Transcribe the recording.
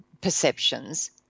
perceptions